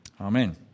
Amen